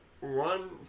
one